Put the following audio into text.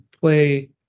play